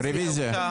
רוויזיה,